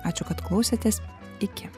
ačiū kad klausėtės iki